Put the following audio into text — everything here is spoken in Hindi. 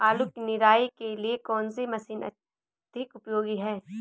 आलू की निराई के लिए कौन सी मशीन अधिक उपयोगी है?